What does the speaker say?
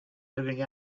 living